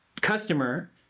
customer